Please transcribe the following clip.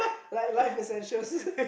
like life essentials